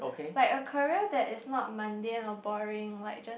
like a career that is not mundane or boring like just